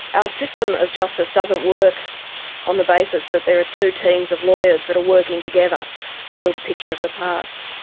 our system of justice doesn't work on the basis that there are two teams of lawyers that are working together to build a picture of the past.